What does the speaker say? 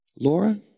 Laura